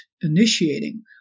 initiating